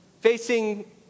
facing